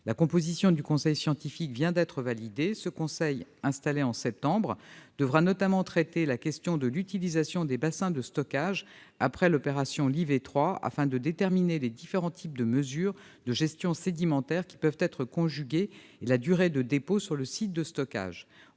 La composition du conseil scientifique vient d'être validée. Ce conseil, installé en septembre, devra notamment traiter la question de l'utilisation des bassins de stockage après l'opération Lyvet 3, afin de déterminer les différents types de mesures de gestion sédimentaire qui peuvent être conjugués et la durée de dépôt sur le site de stockage.